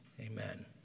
amen